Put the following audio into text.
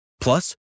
Plus